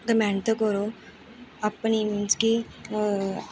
अग्गें मेहनत करो अपनी मींस कि